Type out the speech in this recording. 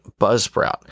Buzzsprout